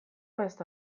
ezta